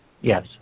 Yes